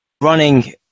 running